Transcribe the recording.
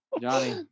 johnny